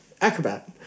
Acrobat